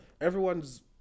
Everyone's